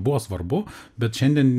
buvo svarbu bet šiandien